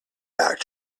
back